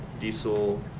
diesel